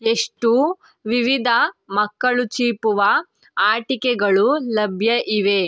ಎಷ್ಟು ವಿವಿಧ ಮಕ್ಕಳು ಚೀಪುವ ಆಟಿಕೆಗಳು ಲಭ್ಯ ಇವೆ